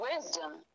wisdom